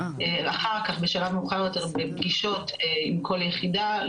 ואחר כך בשלב מאוחר יותר בפגישות עם כל יחידה,